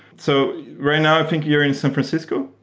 so right now i think you're in san francisco,